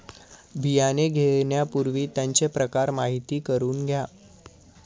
बियाणे घेण्यापूर्वी त्यांचे प्रकार माहिती करून घ्या